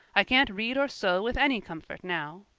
i can't read or sew with any comfort now.